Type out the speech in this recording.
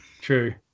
True